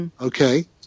Okay